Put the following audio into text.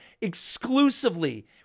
exclusively